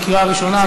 בקריאה ראשונה.